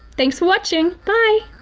thanks for watching! bye!